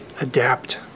adapt